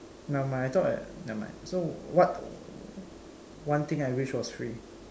never mind I thought I never mind so what one thing I wish was free